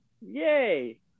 Yay